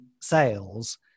sales